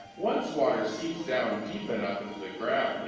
once water seeps down deep enough in the the ground,